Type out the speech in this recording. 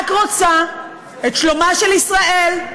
רק רוצה את שלומה של ישראל,